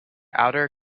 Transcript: outer